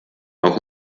auch